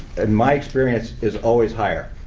and my experience, is always higher,